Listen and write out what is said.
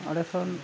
ᱚᱸᱰᱮ ᱠᱷᱚᱱ